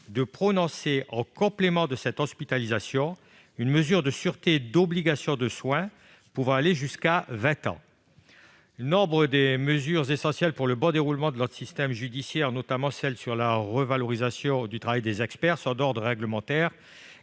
de prononcer, en complément de cette hospitalisation, une mesure de sûreté d'obligation de soins dont la durée pourra aller jusqu'à vingt ans. De nombreuses mesures essentielles au bon fonctionnement du système judiciaire, notamment celle sur la revalorisation du travail des experts, sont d'ordre réglementaire,